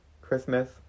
Christmas